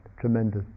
tremendous